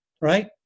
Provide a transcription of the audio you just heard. Right